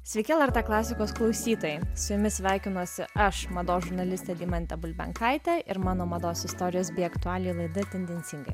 sveiki lrt klasikos klausytojai su jumis sveikinuosi aš mados žurnalistė deimantė bulbenkaitė ir mano mados istorijos bei aktualijų laida tendencingai